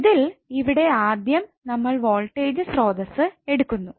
ഇതിൽ ഇവിടെ ആദ്യം നമ്മൾ വോൾട്ടേജ് സ്രോതസ്സ് എടുക്കുന്നു